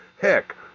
Heck